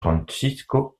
francisco